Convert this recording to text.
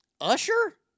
Usher